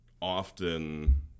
often